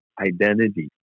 identity